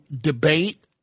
debate